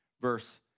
verse